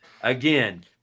again